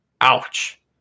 ouch